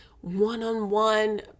one-on-one